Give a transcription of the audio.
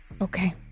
Okay